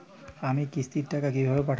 আমি কিস্তির টাকা কিভাবে পাঠাব?